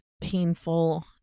painful